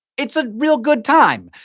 it's a real good time!